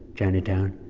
chinatown,